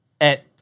at-